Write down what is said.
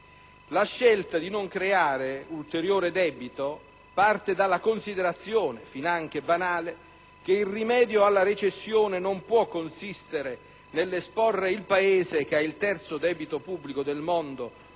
La scelta di non creare ulteriore debito parte dalla considerazione, finanche banale, che il rimedio alla recessione non può consistere nell'esporre il Paese - che ha il terzo debito pubblico del mondo,